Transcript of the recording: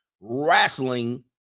wrestling